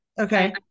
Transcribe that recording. okay